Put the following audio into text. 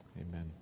Amen